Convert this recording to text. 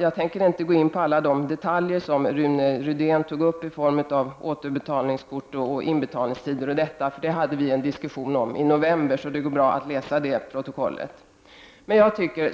Jag tänker inte gå in på alla detaljer som Rune Rydén tog upp beträffande återbetalningskort, inbetalningstider etc. Vi hade ju en diskussion i november om dessa saker, så det är bara att läsa vad som står i protokollet från den dagen.